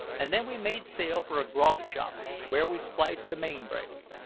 and then we made sail for a grog-shop, where we spliced the main-brace.